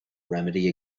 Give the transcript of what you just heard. remedy